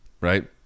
right